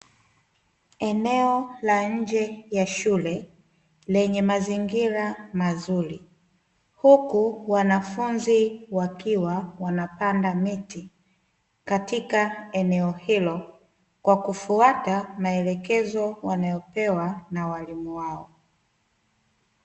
Eneo la nje ya shule, lenye mazingira mazuri. Huku wanafunzi wakiwa, wanapanda miti katika eneo hilo, kwa kufuata maelekezo wanayopewa na waalimu wao.